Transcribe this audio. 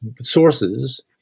sources